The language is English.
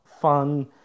fun